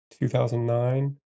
2009